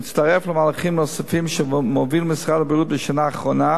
ומצטרף למהלכים נוספים שמוביל משרד הבריאות בשנה האחרונה,